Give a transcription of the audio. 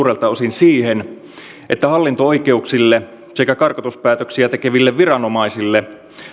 siihen että hallinto oikeuksille sekä karkotuspäätöksiä tekeville viranomaisille